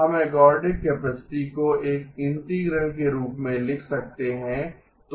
हम ergodic capacity को एक इंटीग्रल के रूप में लिख सकते हैं